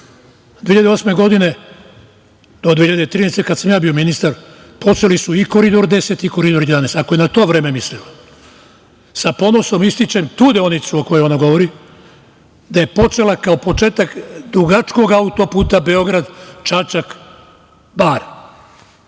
2008. godine do 2013. godine kada sam ja bio ministar, počeli su i Koridor 10 i Koridor 11. Ako je na to vreme mislila, sa ponosom ističem tu deonicu, o kojoj ona govori, da je počela kao početak dugačkog auto-puta Beograd-Čačak-Bar.